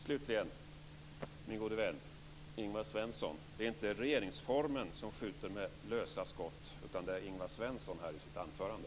Slutligen vill jag till min gode vän Ingvar Svensson säga att det inte är regeringsformen som skjuter med lösa skott, utan det är Ingvar Svensson i sitt anförande.